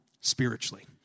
spiritually